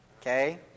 Okay